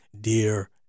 dear